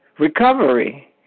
recovery